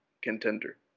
contender